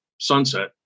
sunset